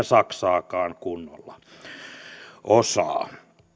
saksaakaan kunnolla osaa